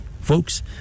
folks